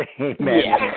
amen